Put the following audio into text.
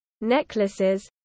necklaces